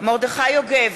מרדכי יוגב,